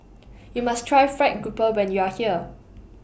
YOU must Try Fried Grouper when YOU Are here